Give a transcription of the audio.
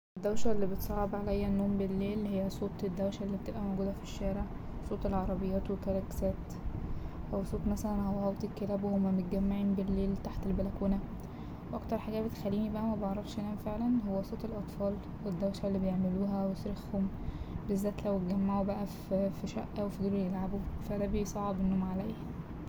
الدوشة اللي بتصعب عليا النوم بالليل هي صوت الدوشة اللي بتبقى موجودة في الشارع صوت العربيات وكلاكسات او صوت مثلا هوهوت الكلاب وهما متجمعين بالليل تحت البلكونة وأكتر حاجة بتخليني بقي مبعرفش أنام فعلا هو صوت الأطفال والدوشة اللي بيعملوها وصريخهم بالذات لو اتجمعوا بقى ف- في شقة وفضلوا يلعبوا فا ده بيصعب النوم عليا.